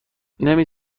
نمی